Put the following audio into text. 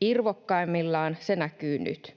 Irvokkaimmillaan se näkyy nyt.